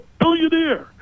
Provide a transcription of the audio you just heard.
billionaire